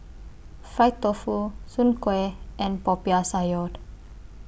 Fried Tofu Soon Kueh and Popiah Sayur